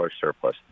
surplus